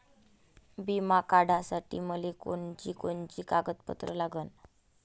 बिमा काढासाठी मले कोनची कोनची कागदपत्र लागन?